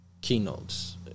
keynotes